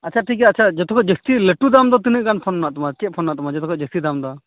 ᱟᱪᱪᱷᱟ ᱴᱷᱤᱠ ᱜᱮᱭᱟ ᱡᱚᱛᱚ ᱠᱷᱚᱡ ᱡᱟᱹᱥᱛᱤ ᱞᱟᱹᱴᱩ ᱫᱟᱢ ᱫᱚ ᱛᱤᱱᱟᱹᱜ ᱜᱟᱱ ᱯᱷᱳᱱ ᱢᱮᱱᱟᱜ ᱛᱟᱢᱟ ᱪᱮᱫ ᱯᱷᱳᱱ ᱢᱮᱱᱟᱜ ᱛᱟᱢᱟ ᱡᱚᱛᱚ ᱠᱷᱟᱡ ᱡᱟᱹᱥᱛᱤ ᱫᱟᱢ ᱫᱚ